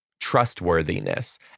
trustworthiness